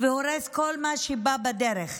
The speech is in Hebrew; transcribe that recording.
והורס כל מה שבא בדרך.